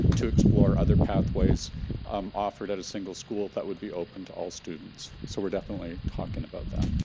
to explore other pathways um offered at a single school that would be open to all students. so we're definitely talking about that.